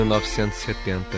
1970